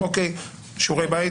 יש שיעורי בית?